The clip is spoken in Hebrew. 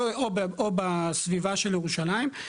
או בסביבה של ירושלים,